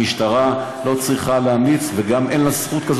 המשטרה לא צריכה להמליץ, וגם אין לה זכות כזאת.